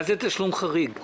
מה זה "תשלום חריג"?